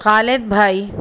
خالد بھائی